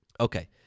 Okay